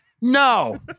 No